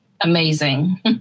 amazing